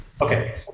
Okay